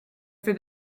for